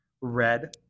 red